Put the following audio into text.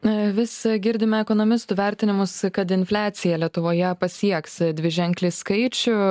na vis girdime ekonomistų vertinimus kad infliacija lietuvoje pasieks dviženklį skaičių